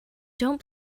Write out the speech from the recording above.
don’t